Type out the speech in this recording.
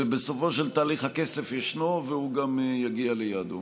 ובסופו של התהליך, הכסף ישנו, והוא גם יגיע ליעדו.